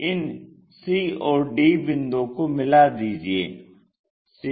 इन c और d बिंदुओं को मिला दीजिये